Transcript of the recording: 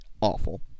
awful